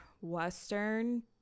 Western